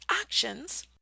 actions